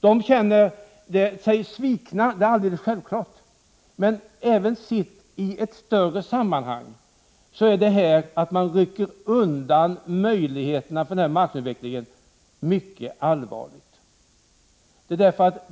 De känner sig svikna — det är självklart: Sett i ett större sammanhang är detta att möjligheterna för den aktuella marknadsutvecklingen rycks undan mycket allvarligt.